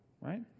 right